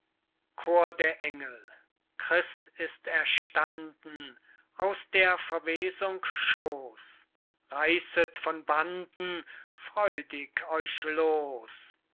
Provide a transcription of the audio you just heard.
chor der engel christ ist erstanden aus der verwesung schoos reißet von banden freudig euch los